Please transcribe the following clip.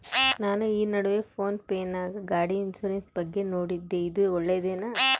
ನಾನು ಈ ನಡುವೆ ಫೋನ್ ಪೇ ನಾಗ ಗಾಡಿ ಇನ್ಸುರೆನ್ಸ್ ಬಗ್ಗೆ ನೋಡಿದ್ದೇ ಇದು ಒಳ್ಳೇದೇನಾ?